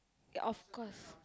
of course